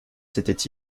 s’était